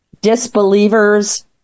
disbelievers –